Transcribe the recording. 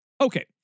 Okay